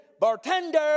Bartender